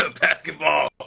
Basketball